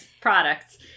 products